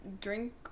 drink